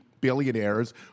billionaires